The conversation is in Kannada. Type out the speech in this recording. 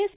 ಎಸ್